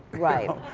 right.